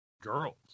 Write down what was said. girls